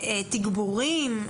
תגבורים?